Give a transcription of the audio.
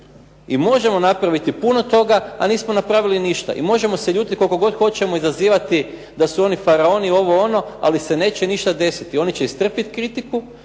I možemo napraviti puno toga, a nismo napravili ništa i možemo se ljutiti koliko god hoćemo i zazivati da su oni faraoni, ovo, ono, ali se neće ništa desiti. Oni će istrpit kritiku